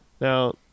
Now